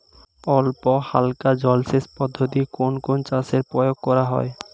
অল্পহালকা জলসেচ পদ্ধতি কোন কোন চাষে প্রয়োগ করা হয়?